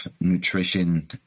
nutrition